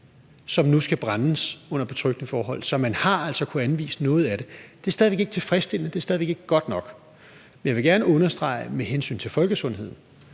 som nu skal brændes under betryggende forhold. Så man har altså kunnet anvise noget af det. Det er stadig væk ikke tilfredsstillende, det er stadig væk ikke godt nok. Men jeg vil gerne understrege, at det med hensyn til folkesundheden